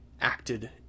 acted